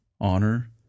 honor